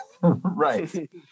right